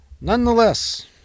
Nonetheless